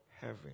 heaven